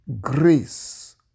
grace